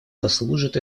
послужит